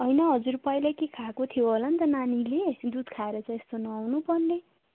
होइन हजुर पहिल्यै के खाएको थियो होला नि त नानीले दुध खाएर त यस्तो नहुनुपर्ने